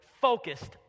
focused